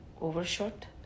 overshot